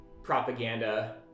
propaganda